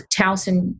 Towson